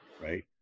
Right